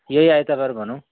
यही आइतवार भनौ